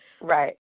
right